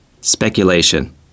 Speculation